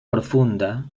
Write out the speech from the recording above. profunda